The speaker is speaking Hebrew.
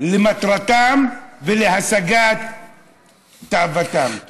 למטרתם ולהשגת תאוותם.